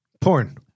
Porn